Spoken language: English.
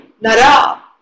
nara